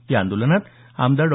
या आंदोलनात आमदार डॉ